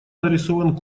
нарисован